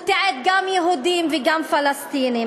הוא תיעד גם יהודים וגם פלסטינים.